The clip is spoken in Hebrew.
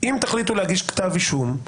אם תחליטו להגיש כתב אישום,